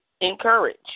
Encourage